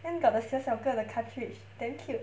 then got the 小小个的 cartridge damn cute